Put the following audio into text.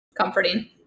Comforting